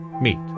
meet